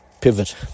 pivot